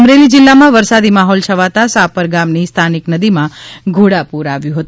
અમરેલી જિલ્લામાં વરસાદી માહોલ છવાતાં સાપર ગામની સ્થાનિક નદીમાં ઘોડાપુર આવ્યું છે